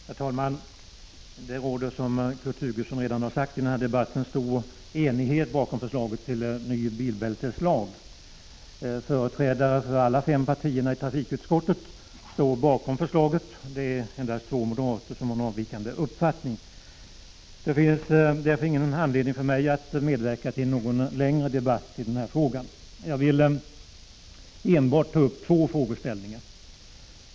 Herr talman! Det råder, som Kurt Hugosson redan har sagt i denna debatt, stor enighet om förslaget till ny bilbälteslag. Företrädare för alla fem partierna i trafikutskottet står bakom förslaget — det är endast två moderater som har en avvikande uppfattning. Jag har därför ingen anledning att medverka till någon längre debatt i den här frågan. Jag vill enbart ta upp två frågeställningar.